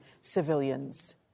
civilians